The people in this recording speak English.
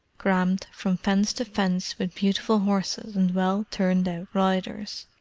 crammed from fence to fence with beautiful horses and well-turned-out riders,